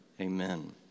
Amen